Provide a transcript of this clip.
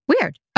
Weird